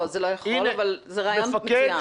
לא, זה לא יכול להיות, אבל זה רעיון מצוין.